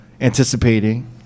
anticipating